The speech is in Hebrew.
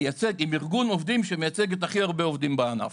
ארגון עובדים שמייצג את הכי הרבה עובדים בענף.